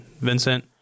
Vincent